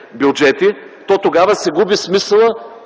бюджети, то тогава се губи смисълът